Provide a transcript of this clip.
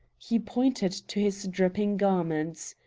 he pointed to his dripping garments.